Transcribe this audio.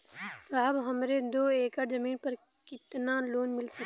साहब हमरे दो एकड़ जमीन पर कितनालोन मिल सकेला?